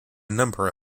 number